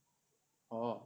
oh